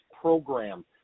program